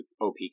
OP